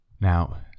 Now